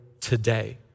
today